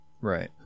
Right